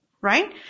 right